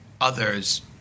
others